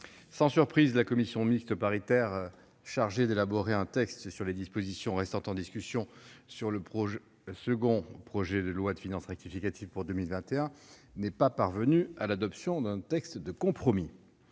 sans surprise, la commission mixte paritaire chargée d'élaborer un texte sur les dispositions restant en discussion du second projet de loi de finances rectificative pour 2021 n'est pas parvenue à l'adoption d'un texte de compromis.